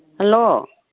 hello